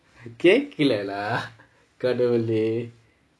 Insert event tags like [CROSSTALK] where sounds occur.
கேட்கலை:ketkalai lah [NOISE] கடவுளே:kadavulae